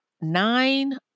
nine